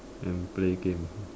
and play game